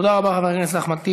תודה רבה חבר הכנסת אחמד טיבי.